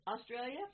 Australia